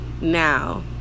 Now